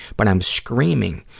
but i'm screaming,